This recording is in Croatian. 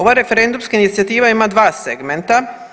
Ova referendumska inicijativa ima 2 segmenta.